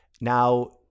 now